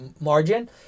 margin